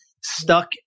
stuck